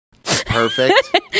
Perfect